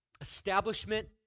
establishment